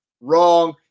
wrong